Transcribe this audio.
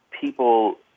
people